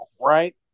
right